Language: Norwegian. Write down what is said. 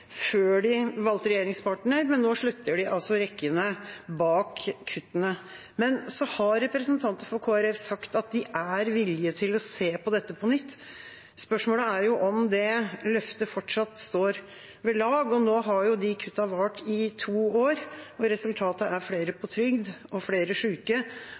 før de valgte regjeringspartner, men nå slutter de altså rekkene bak kuttene. Representanter for Kristelig Folkeparti har sagt at de er villige til å se på dette på nytt. Spørsmålet er om det løftet fortsatt står ved lag. Nå har kuttene vart i to år, og resultatet er flere på trygd og flere